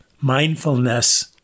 mindfulness